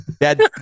Dad